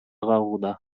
кагууда